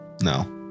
No